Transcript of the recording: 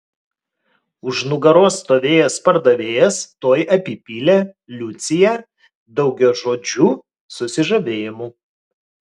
už nugaros stovėjęs pardavėjas tuoj apipylė liuciją daugiažodžiu susižavėjimu